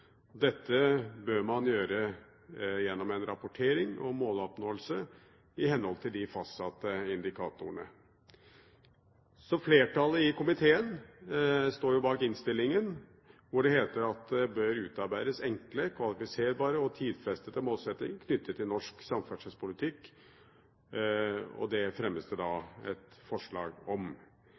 Dette bør man gjøre gjennom en rapportering om måloppnåelse i henhold til de fastsatte indikatorene. Flertallet i komiteen står bak innstillingen, hvor det heter at det bør utarbeides «enkle kvantifiserbare og tidsfestede målsettinger knyttet til norsk samferdselspolitikk». Det fremmes det forslag om.